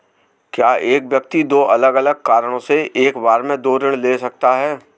क्या एक व्यक्ति दो अलग अलग कारणों से एक बार में दो ऋण ले सकता है?